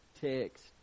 text